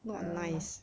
err